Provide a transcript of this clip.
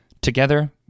together